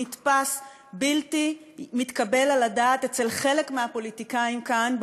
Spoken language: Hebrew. נתפס בלתי מתקבל על הדעת אצל חלק מהפוליטיקאים כאן,